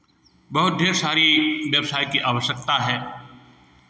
बहुत ढेर सारी व्यवसाय की आवश्यकता है